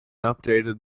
updated